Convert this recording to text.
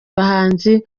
bahanzi